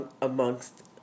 amongst